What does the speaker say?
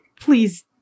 Please